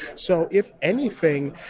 so if anything,